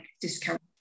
discount